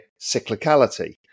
cyclicality